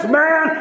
man